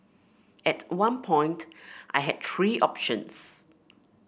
at one point I had three options